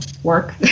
work